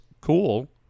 cool